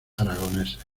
aragoneses